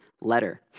letter